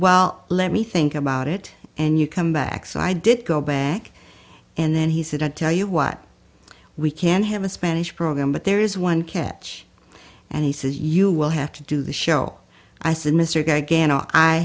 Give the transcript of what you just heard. well let me think about it and you come back so i did go back and then he said i tell you what we can have a spanish program but there is one catch and he says you will have to do the show i said mr g